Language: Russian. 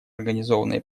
организованной